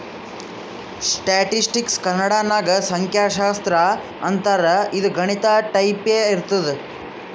ಸ್ಟ್ಯಾಟಿಸ್ಟಿಕ್ಸ್ಗ ಕನ್ನಡ ನಾಗ್ ಸಂಖ್ಯಾಶಾಸ್ತ್ರ ಅಂತಾರ್ ಇದು ಗಣಿತ ಟೈಪೆ ಇರ್ತುದ್